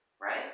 right